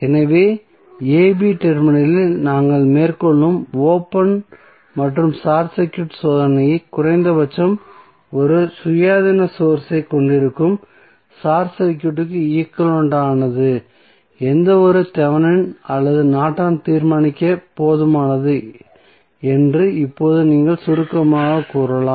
ஆகவே a b டெர்மினலில் நாங்கள் மேற்கொள்ளும் ஓபன் மற்றும் ஷார்ட் சர்க்யூட் சோதனை குறைந்தபட்சம் ஒரு சுயாதீன சோர்ஸ் ஐக் கொண்டிருக்கும் சர்க்யூட்க்கு ஈக்வலன்ட் ஆன எந்தவொரு தெவெனின் அல்லது நார்டனுக்கும் தீர்மானிக்க போதுமானது என்று இப்போது நீங்கள் சுருக்கமாகக் கூறலாம்